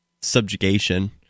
subjugation